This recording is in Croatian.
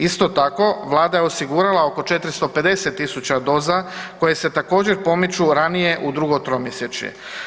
Isto tako, Vlada je osigurala oko 450 000 doza koje se također pomiču ranije u drugo tromjesečje.